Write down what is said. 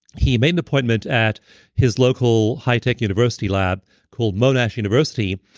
he made an appointment at his local high tech university lab called monash university,